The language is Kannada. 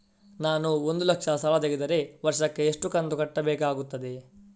ನಾನು ಒಂದು ಲಕ್ಷ ಸಾಲ ತೆಗೆದರೆ ವರ್ಷಕ್ಕೆ ಎಷ್ಟು ಕಂತು ಕಟ್ಟಬೇಕಾಗುತ್ತದೆ?